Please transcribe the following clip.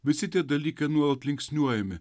visi tie dalykai nuolat linksniuojami